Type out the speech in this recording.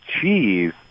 cheese